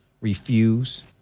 refuse